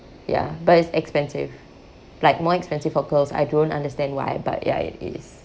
ya but it's it's expensive like more expensive for girls I don't understand why but ya it is